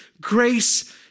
grace